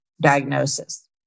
diagnosis